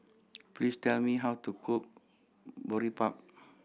please tell me how to cook Boribap